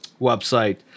website